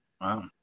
Wow